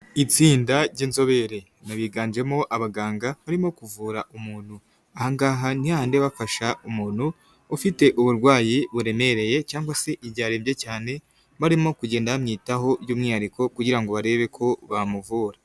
Itsinda ry'inzobere, biganjemo abaganga barimo kuvura umuntu, aha ngaha ni hahandi baba bafasha umuntu ufite uburwayi buremereye cyangwa se igihe arembye cyane barimo kugenda bamwitaho by'umwihariko kugira ngo barebe ko bamuvura.